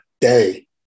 day